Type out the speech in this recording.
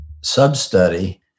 sub-study